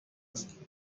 است